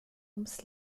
ums